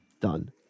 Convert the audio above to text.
done